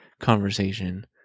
conversation